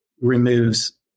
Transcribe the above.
removes